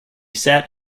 sat